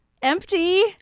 Empty